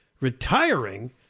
retiring